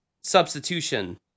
substitution